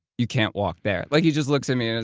you can't walk there. like he just looks at me and is